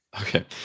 Okay